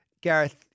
Gareth